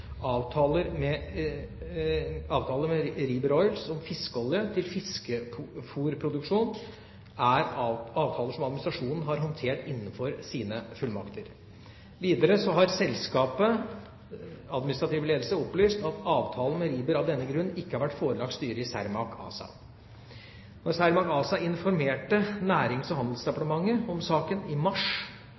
avtaler med Rieber Oils om fiskeolje til fiskefôrproduksjon, er avtaler som administrasjonen har håndtert innenfor sine fullmakter. Videre har selskapets administrative ledelse opplyst av avtalen med Rieber av denne grunn ikke har vært forelagt styret i Cermaq ASA. Da Cermaq ASA informerte Nærings- og handelsdepartementet om saken i mars,